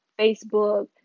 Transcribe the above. Facebook